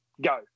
Go